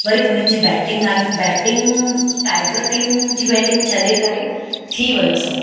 वरी उन्हनि जी बैटिंग आई बैटिंग टाइगर टीम जी बैटिंग छॾे करे थी वियो सभु